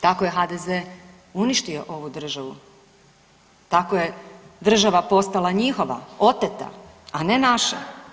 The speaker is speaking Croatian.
Tako je HDZ uništio ovu državu, tako je država postala njihova oteta, a ne naša.